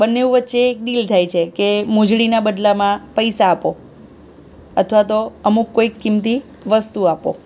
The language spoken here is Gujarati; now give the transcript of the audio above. બંને વચ્ચે એક ડીલ થાય છે કે મોજડીના બદલામાં પૈસા આપો અથવા તો અમુક કોઈક કિંમતી વસ્તુ આપો